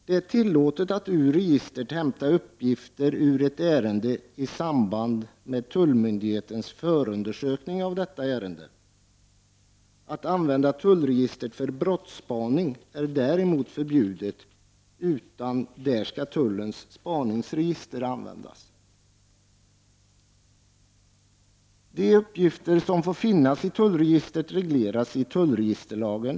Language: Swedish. Det är tillåtet att ur registret hämta uppgifter ur ett ärende i samband med tullmyndighetens förundersökning av det ärendet. Att använda tullregistret för brottsspaning är däremot förbjudet. Där skall tullens spaningsregister användas. Vilka uppgifter som får finnas i tullregistret regleras av tullregisterlagen.